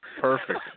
Perfect